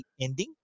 ending